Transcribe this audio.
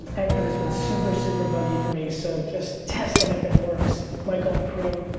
anchor has been super, super buggy for me, so just testing if it works. michael and crew,